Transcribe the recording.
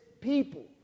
people